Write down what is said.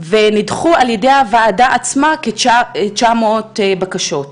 ונדחו על ידי הוועדה עצמה כ-900 בקשות,